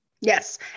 Yes